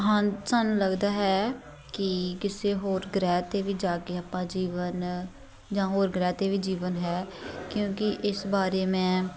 ਹਾਂ ਸਾਨੂੰ ਲੱਗਦਾ ਹੈ ਕਿ ਕਿਸੇ ਹੋਰ ਗ੍ਰਹਿ 'ਤੇ ਵੀ ਜਾ ਕੇ ਆਪਾਂ ਜੀਵਨ ਜਾਂ ਹੋਰ ਗ੍ਰਹਿ 'ਤੇ ਵੀ ਜੀਵਨ ਹੈ ਕਿਉਂਕਿ ਇਸ ਬਾਰੇ ਮੈਂ